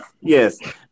Yes